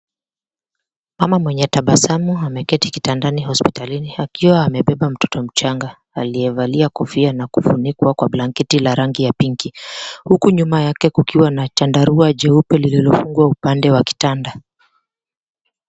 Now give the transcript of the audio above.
Mama mwenye tabasamu ameketi kitandani hospitalini akiwa amebeba mtoto mchanga aliyevalia kofia na kufunikwa kwa blanketi la rangi ya pinki, huku nyuma yake kukiwa na chandarua jeupe lililofungwa upande wa kitanda.